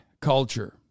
culture